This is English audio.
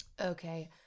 Okay